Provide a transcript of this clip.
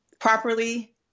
properly